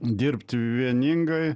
dirbt vieningai